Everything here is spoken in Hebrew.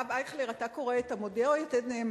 הרב אייכלר, אתה קורא את "המודיע" או "יתד נאמן"?